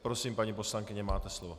Prosím, paní poslankyně, máte slovo.